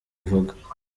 ivuga